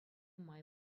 май